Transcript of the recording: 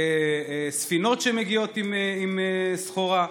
ספינות שמגיעות עם סחורה,